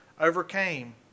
overcame